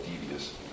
devious